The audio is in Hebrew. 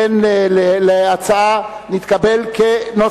סעיף 2, כהצעת הוועדה, נתקבל.